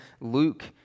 Luke